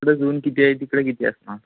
इकडेच ऊन किती आहे तिकडे किती असणार